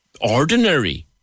ordinary